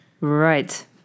Right